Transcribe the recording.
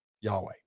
Yahweh